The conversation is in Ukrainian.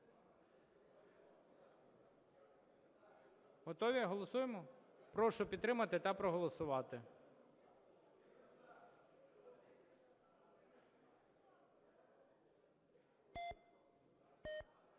Готові? Голосуємо? Прошу підтримати та проголосувати.